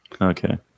Okay